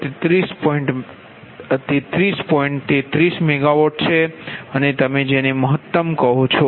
33 MW છે અને તમે જેને મહત્તમ કહો છો